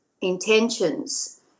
intentions